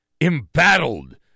embattled